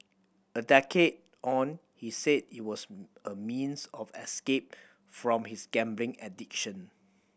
a decade on he said it was a means of escape from his gambling addiction